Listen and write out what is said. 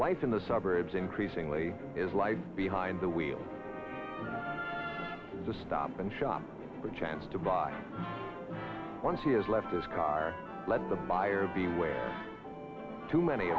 life in the suburbs increasingly is life behind the wheel the stop and shop for a chance to buy once he has left his car let the buyer beware too many